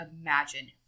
imagine